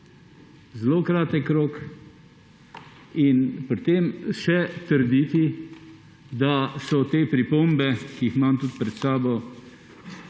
Zelo kratek rok in pri tem še trditi, da so te pripombe, ki jih imam tudi pred sabo,